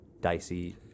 dicey